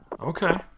okay